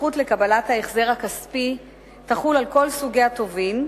הזכות לקבלת ההחזר הכספי תחול על כל סוגי הטובין,